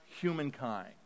humankind